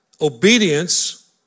Obedience